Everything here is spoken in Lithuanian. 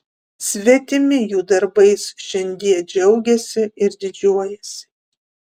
svetimi jų darbais šiandie džiaugiasi ir didžiuojasi